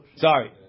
sorry